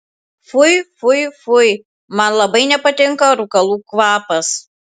fui fui fui man labai nepatinka rūkalų kvapas